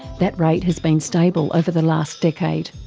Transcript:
that rate has been stable over the last decade.